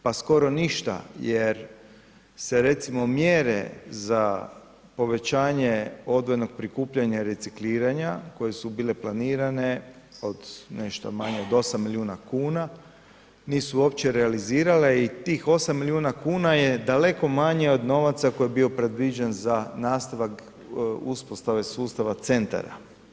Pa skoro ništa jer se recimo mjere za povećanje odvojenog prikupljanja i recikliranja koje su bile planirane od nešto manje od 8 milijuna kuna, nisu uopće realizirale i tih 8 milijuna kuna je daleko manje od novaca koji je bio predviđen za nastavak uspostave sustava centara.